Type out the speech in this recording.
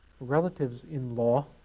relatives-in-law